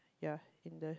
ya in the